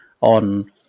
on